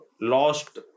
lost